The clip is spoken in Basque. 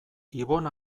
ibon